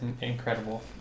incredible